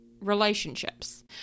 relationships